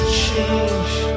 change